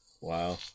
Wow